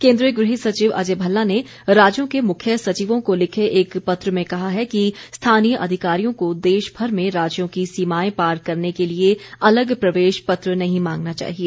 केन्द्रीय गृह सचिव अजय भल्ला ने राज्यों के मुख्य सचिवों को लिखे एक पत्र में कहा है कि स्थानीय अधिकारियों को देशभर में राज्यों की सीमाएं पार करने के लिए अलग प्रवेश पत्र नहीं मांगना चाहिए